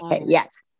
Yes